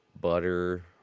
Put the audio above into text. butter